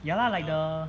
ya lah like the